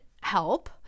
help